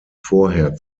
vorher